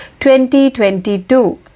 2022